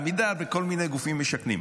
עמידר וכל מיני גופים משכנים.